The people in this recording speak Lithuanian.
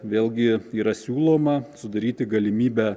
vėlgi yra siūloma sudaryti galimybę